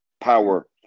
power